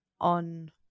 on